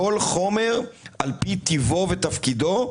כל חומר לפי טיבו ותפקידו.